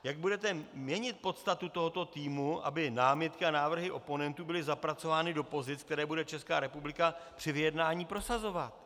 Jak budete měnit podstatu tohoto týmu, aby námitky a návrhy oponentů byly zapracovány do pozic, které bude Česká republika při vyjednání prosazovat?